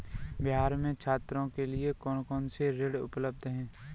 बिहार में छात्रों के लिए कौन कौन से ऋण उपलब्ध हैं?